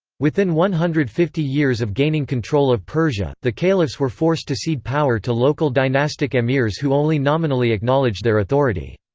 within one hundred and fifty years of gaining control of persia, the caliphs were forced to cede power to local dynastic emirs who only nominally acknowledged their authority.